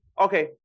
okay